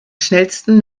schnellsten